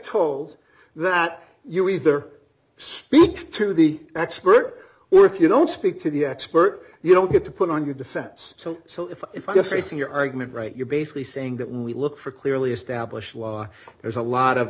told that you either speak to the expert or if you don't speak to the expert you don't get to put on your defense so so if if i guess facing your argument right you're basically saying that we look for clearly established law there's a lot of